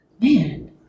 Man